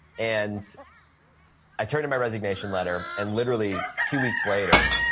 and i turned to my resignation letter, and literally two weeks later,